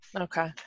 okay